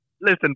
listen